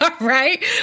right